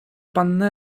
panny